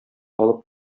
алып